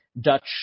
Dutch